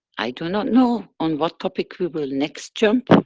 i do not know on what topic we will next jump um